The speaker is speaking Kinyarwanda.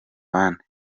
abandi